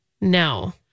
No